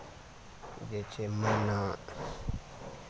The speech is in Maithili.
जे छै मैना